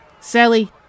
Sally